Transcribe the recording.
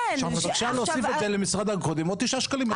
אפשר להוסיף את זה למשרד הקודם, עוד תשעה שקלים.